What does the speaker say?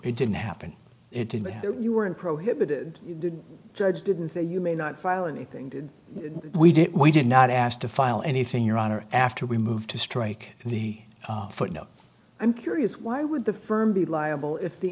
it didn't happen it didn't matter you were in prohibited judge didn't say you may not file anything did we did we did not ask to file anything your honor after we moved to strike the footnote i'm curious why would the firm be liable if the